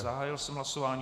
Zahájil jsem hlasování o F6.